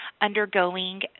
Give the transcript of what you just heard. undergoing